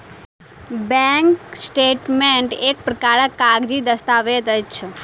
bank statement एक प्रकारक कागजी दस्तावेज अछि